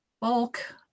bulk